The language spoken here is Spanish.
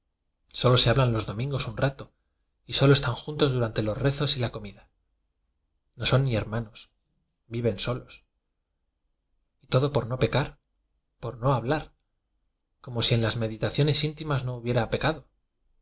solo se hablan los domingos un rato y solo estan juntos durante los rezos y la comida no son ni hermanos viven solos y todo por no pecar por no hablar como si en las meditaciones íntimas no hubiera